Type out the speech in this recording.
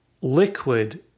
liquid